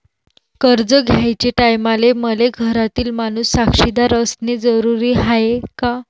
कर्ज घ्याचे टायमाले मले घरातील माणूस साक्षीदार असणे जरुरी हाय का?